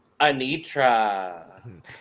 Anitra